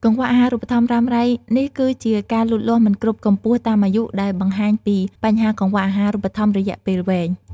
កង្វះអាហារូបត្ថម្ភរ៉ាំរ៉ៃ នេះគឺជាការលូតលាស់មិនគ្រប់កម្ពស់តាមអាយុ ដែលបង្ហាញពីបញ្ហាកង្វះអាហារូបត្ថម្ភរយៈពេលវែង។